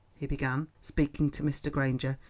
he began, speaking to mr. granger,